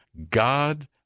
God